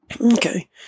Okay